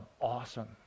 Awesome